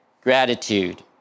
gratitude